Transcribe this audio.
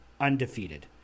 undefeated